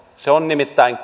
se on nimittäin